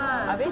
abeh